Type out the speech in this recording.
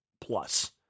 plus